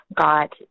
got